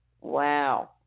Wow